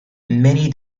many